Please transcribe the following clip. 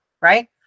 Right